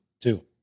Two